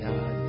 God